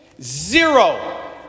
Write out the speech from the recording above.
Zero